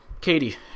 katie